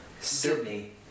Sydney